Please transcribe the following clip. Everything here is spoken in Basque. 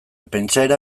pentsaera